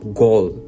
goal